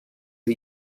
are